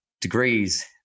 degrees